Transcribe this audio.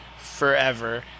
forever